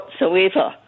whatsoever